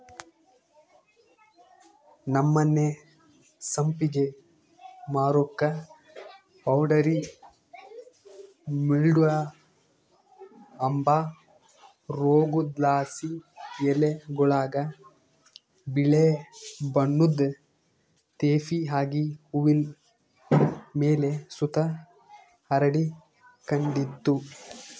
ನಮ್ಮನೆ ಸಂಪಿಗೆ ಮರುಕ್ಕ ಪೌಡರಿ ಮಿಲ್ಡ್ವ ಅಂಬ ರೋಗುದ್ಲಾಸಿ ಎಲೆಗುಳಾಗ ಬಿಳೇ ಬಣ್ಣುದ್ ತೇಪೆ ಆಗಿ ಹೂವಿನ್ ಮೇಲೆ ಸುತ ಹರಡಿಕಂಡಿತ್ತು